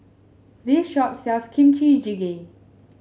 this shop sells Kimchi Jjigae